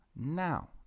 Now